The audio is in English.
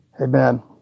amen